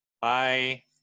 Bye